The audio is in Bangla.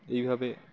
এইভাবে